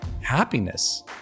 happiness